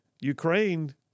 Ukraine